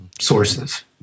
sources